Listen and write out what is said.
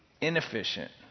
inefficient